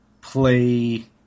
play